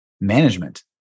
Management